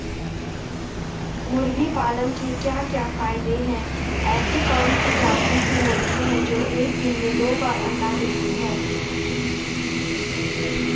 मुर्गी पालन के क्या क्या फायदे हैं ऐसी कौन सी जाती की मुर्गी है जो एक दिन में दो बार अंडा देती है?